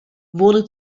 wurde